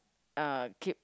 uh keep